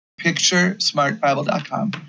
picturesmartbible.com